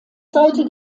sollte